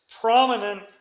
prominent